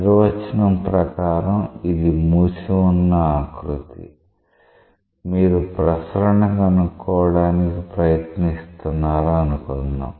నిర్వచనం ప్రకారం ఇది మూసి ఉన్న ఆకృతి మీరు ప్రసరణ కనుక్కోవడానికి ప్రయత్నిస్తున్నారనుకుందాం